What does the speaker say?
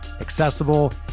accessible